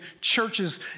churches